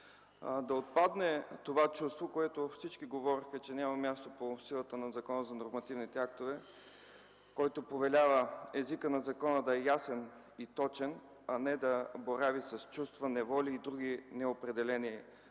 да отпадне това чувство, за което всички говорите, че няма място по силата на Закона за нормативните актове, който повелява езикът на закона да е ясен и точен, а не да борави с чувства, неволи и други неопределени морални